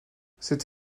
cette